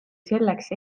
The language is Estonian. selleks